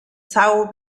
são